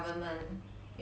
what kind of contract